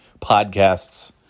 podcasts